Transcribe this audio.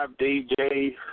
DJ